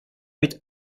mit